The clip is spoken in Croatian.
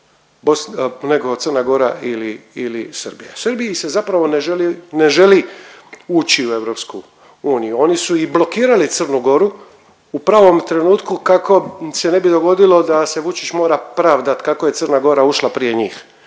nego CG ili Srbija. Srbiji se zapravo ne želi ući u EU. Oni su i blokirali CG u pravom trenutku kako se ne bi dogodilo da se Vučić mora pravdati kako je CG ušla prije njih